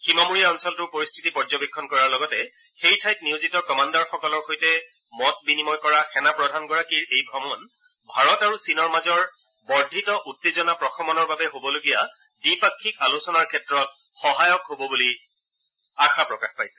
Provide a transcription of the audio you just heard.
সীমামূৰীয়া অঞ্চলটোৰ পৰিস্থিতি পৰ্যবেক্ষণ কৰাৰ লগতে সেই ঠাইত নিয়োজিত কমাণ্ডাৰসকলৰ সৈতে মত বিনিময় কৰা সেনা প্ৰধানগৰাকীৰ এই ভ্ৰমণ ভাৰত আৰু চীনৰ মাজৰ বৰ্ধিত উত্তেজনা প্ৰশমনৰ বাবে হ'বলগীয়া দ্বিপাক্ষিক আলোচনাৰ ক্ষেত্ৰত সহায়ক হ'ব বুলি আশা প্ৰকাশ কৰিছে